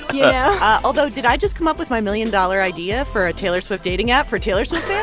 yeah although, did i just come up with my million-dollar idea for a taylor swift dating app for taylor swift